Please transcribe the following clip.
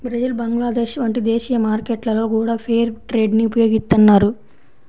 Brazil Bangladesh వంటి దేశీయ మార్కెట్లలో గూడా ఫెయిర్ ట్రేడ్ ని ఉపయోగిత్తన్నారు